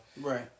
right